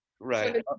Right